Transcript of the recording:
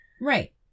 Right